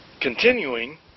Continuing